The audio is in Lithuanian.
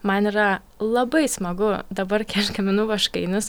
man yra labai smagu dabar kai aš gaminu vaškainius